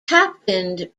captained